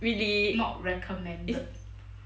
really i~